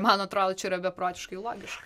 man atrodo čia yra beprotiškai logiška